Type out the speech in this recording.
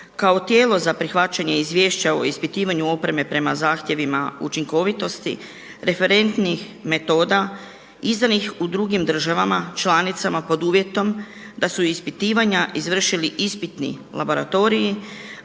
kao tijelo za prihvaćanje izvješća o ispitivanju opreme prema zahtjevima učinkovitosti, referentnih metoda izdanih u drugim državama članicama pod uvjetom da su ispitivanja izvršili ispitni laboratoriji